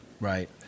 right